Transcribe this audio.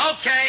Okay